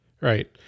Right